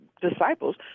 disciples